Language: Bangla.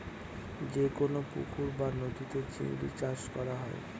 যেকোনো পুকুর বা নদীতে চিংড়ি চাষ করা হয়